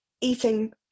eating